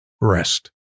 rest